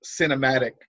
cinematic